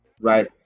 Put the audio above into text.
right